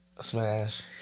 Smash